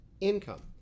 income